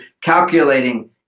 calculating